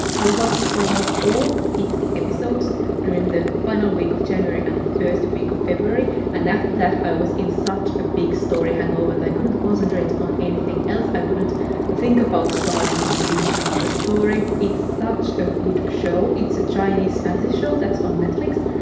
i watched almost all of the fifty episodes during the final week of january and the first week of february and after that i was in such a big story hangover that i couldn't concentrate on anything else, i couldn't think about starting to read another story. it's such a good show, it's a chinese fantasy show that's on netflix,